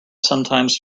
sometimes